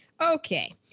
Okay